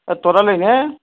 অঁ তৰালী নে